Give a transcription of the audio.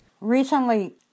Recently